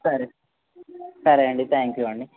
సరే సరే అండి థ్యాంక్ యూ అండి